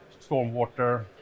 stormwater